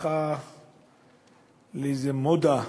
הפכה לאיזה "מודה"